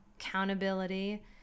accountability